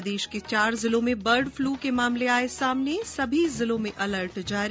प्रदेश के चार जिलों में बर्ड फ्लू के मामले आये सामने सभी जिलों में अलर्ट जारी